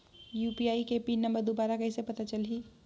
UPI के PIN number दुबारा कइसे पता चलही?